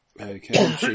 Okay